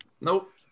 Nope